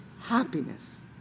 happiness